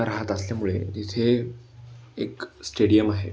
राहत असल्यामुळे इथे एक स्टेडियम आहे